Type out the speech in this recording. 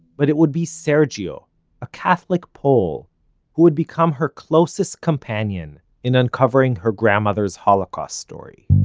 but it would be sergiusz a catholic pole who would become her closest companion in uncovering her grandmother's holocaust story.